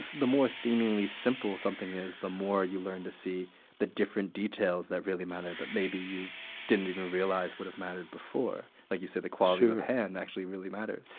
the more seemingly simple something is, the more you learn to see the different details that really matter that maybe you didn't even realize would've mattered before. like you said, the quality of the pan actually really matters.